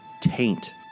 taint